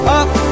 up